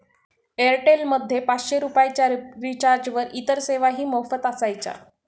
Airtel मध्ये पाचशे च्या रिचार्जवर इतर सेवाही मोफत उपलब्ध असायच्या